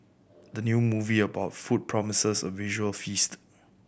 the new movie about food promises a visual feast